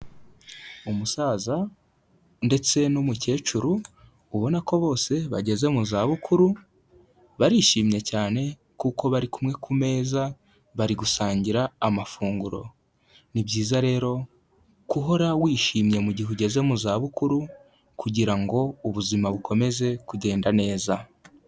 Umusaza ndetse n'umukecuru ubona ko bose bageze mu zabukuru, barishimye cyane kuko bari kumwe ku meza, bari gusangira amafunguro. Ni byiza rero guhora wishimye mu gihe ugeze mu zabukuru, kugira ngo ubuzima bukomeze kugenda neza.